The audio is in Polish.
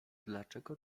dlaczego